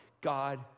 God